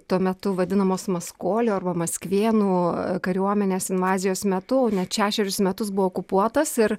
tuo metu vadinamos maskolių arba maskvėnų kariuomenės invazijos metu net šešerius metus buvo okupuotas ir